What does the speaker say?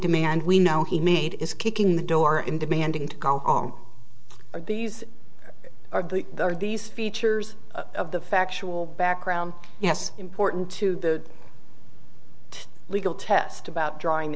demand we know he made is kicking the door and demanding to all of these are there are these features of the factual background yes important to the legal test about drawing the